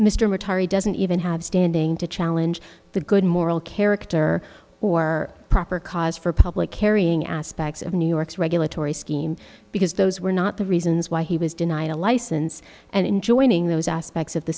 mr retiree doesn't even have standing to challenge the good moral character or proper cause for public carrying aspects of new york's regulatory scheme because those were not the reasons why he was denied a license and in joining those aspects of the